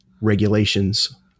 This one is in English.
regulations